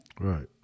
Right